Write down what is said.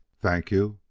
thank you.